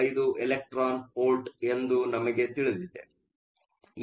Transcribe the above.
55 electron volt ಎಂದು ನಮಗೆ ತಿಳಿದಿದೆ